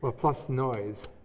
ah plus noise.